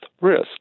risk